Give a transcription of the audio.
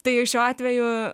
tai šiuo atveju